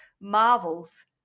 marvels